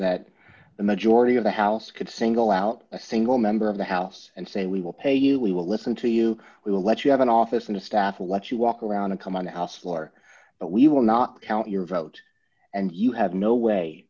that the majority of the house could single out a single member of the house and say we will pay you we will listen to you we will let you have an office in the staff will let you walk around and come on the house floor but we will not count your vote and you have no way